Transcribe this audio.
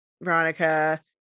Veronica